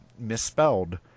Misspelled